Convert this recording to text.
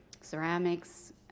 ceramics